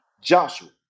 Joshua